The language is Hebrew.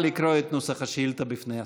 נא לקרוא את נוסח השאילתה בפני השר.